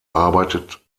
arbeitet